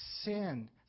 Sin